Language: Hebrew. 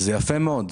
זה יפה מאוד,